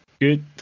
good